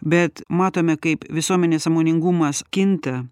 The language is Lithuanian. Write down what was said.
bet matome kaip visuomenės sąmoningumas kinta